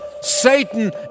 Satan